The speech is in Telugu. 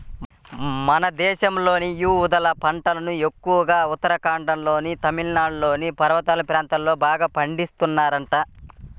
మన దేశంలో యీ ఊదల పంటను ఎక్కువగా ఉత్తరాఖండ్లోనూ, తమిళనాడులోని పర్వత ప్రాంతాల్లో బాగా పండిత్తన్నారంట